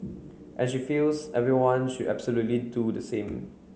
and she feels everyone should absolutely do the same